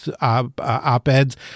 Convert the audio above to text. op-eds